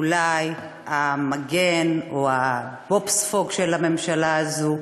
אולי המגן, או ה"בוב ספוג" של הממשלה הזו,